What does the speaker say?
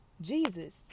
jesus